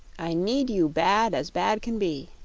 i need you bad as bad can be.